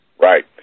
Right